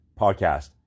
Podcast